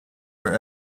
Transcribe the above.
our